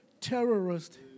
terrorist